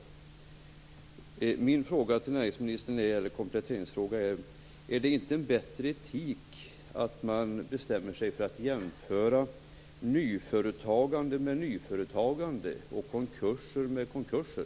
Min kompletteringsfråga till näringsministern är: Är det inte bättre etik att man bestämmer sig för att jämföra nyföretagande med nyföretagande och konkurser med konkurser?